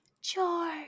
George